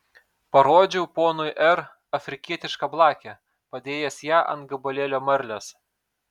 parodžiau ponui r afrikietišką blakę padėjęs ją ant gabalėlio marlės